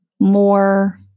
more